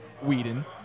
Whedon